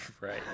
right